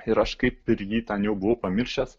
ir aš kaip ir jį ten jau buvau pamiršęs